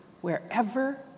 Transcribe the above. wherever